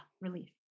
relief